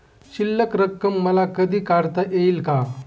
शिल्लक रक्कम मला कधी काढता येईल का?